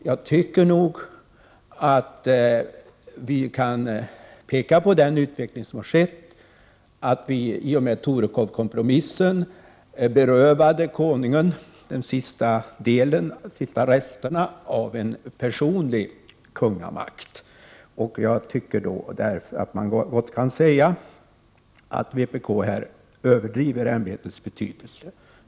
Jag tycker nog att vi kan peka på den utveckling som har skett, att vi i och med Torekovkompromissen berövade Konungen de sista resterna av en personlig kungamakt. Jag tycker därför att man gott kan säga att vpk överdriver ämbetets betydelse.